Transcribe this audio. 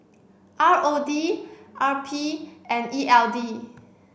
R O D R P and E L D